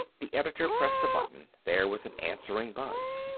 the editor pressed a button. there was an answering buzz.